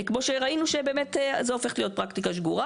שעל פי שיקול דעתו בלבד יקום או ייפול דבר.